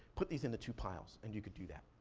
put these into two piles, and you could do that.